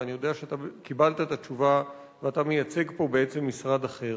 ואני יודע שאתה קיבלת את התשובה ואתה מייצג פה בעצם משרד אחר,